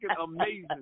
amazing